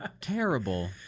terrible